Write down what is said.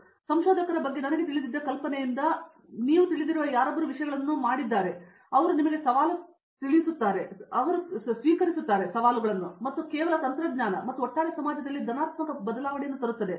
ಆದರೆ ಸಂಶೋಧಕನ ಬಗ್ಗೆ ನನಗೆ ತಿಳಿದಿದ್ದ ಕಲ್ಪನೆಯಿಂದ ನೀವು ತಿಳಿದಿರುವ ಯಾರೊಬ್ಬರು ವಿಷಯಗಳನ್ನು ಮಾಡಿದ್ದಾರೆ ಮತ್ತು ಅವರು ನಿಮಗೆ ಸವಾಲು ತಿಳಿದಿದ್ದಾರೆ ಅವರು ಸ್ವೀಕರಿಸುತ್ತಾರೆ ಸವಾಲುಗಳು ಮತ್ತು ಕೇವಲ ತಂತ್ರಜ್ಞಾನ ಮತ್ತು ಒಟ್ಟಾರೆ ಸಮಾಜದಲ್ಲಿ ಧನಾತ್ಮಕ ಬದಲಾವಣೆಯನ್ನು ತರುತ್ತವೆ